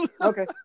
Okay